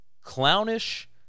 clownish